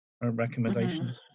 recommendations